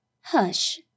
Hush